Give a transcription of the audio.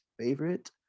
favorite